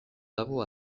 dago